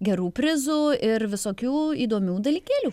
gerų prizų ir visokių įdomių dalykėlių